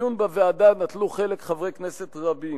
בדיון בוועדה נטלו חלק חברי כנסת רבים.